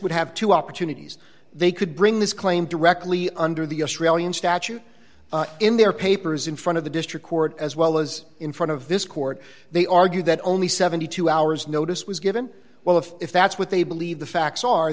would have two opportunities they could bring this claim directly under the australian statute in their papers in front of the district court as well as in front of this court they argue that only seventy two hours notice was given well if if that's what they believe the facts are